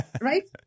right